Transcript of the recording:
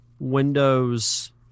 Windows